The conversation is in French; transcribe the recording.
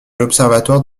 l’observatoire